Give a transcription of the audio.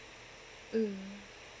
mm